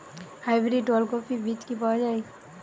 Hybrid ওলকফি বীজ কি পাওয়া য়ায়?